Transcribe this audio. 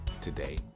today